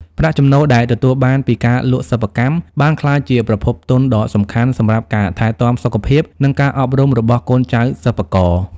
ប្រាក់ចំណូលដែលទទួលបានពីការលក់សិប្បកម្ម បានក្លាយជាប្រភពទុនដ៏សំខាន់សម្រាប់ការថែទាំសុខភាព និងការអប់រំរបស់កូនចៅសិប្បករ។